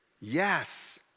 Yes